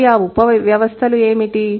మరి ఆ ఉపవ్యవస్థలు ఏమిటి